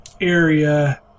area